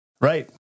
Right